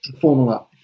formula